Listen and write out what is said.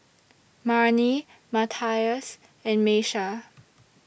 Marni Matias and Miesha